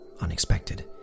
unexpected